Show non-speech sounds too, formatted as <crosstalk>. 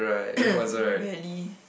<coughs> really